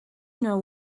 know